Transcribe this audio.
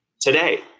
today